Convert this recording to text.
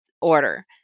order